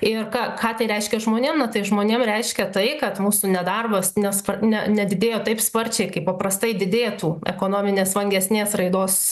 ir ką tai reiškia žmonėm na tai žmonėm reiškia tai kad mūsų nedarbas nes ne nedidėjo taip sparčiai kaip paprastai didėtų ekonominės vangesnės raidos